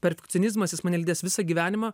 perfekcionizmas jis mane lydės visą gyvenimą